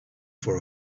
for